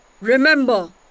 Remember